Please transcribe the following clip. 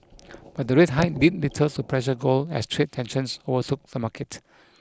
but the rate hike did little to pressure gold as trade tensions overtook the market